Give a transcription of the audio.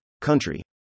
country